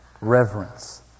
reverence